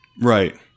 right